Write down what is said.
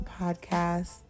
podcast